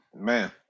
Man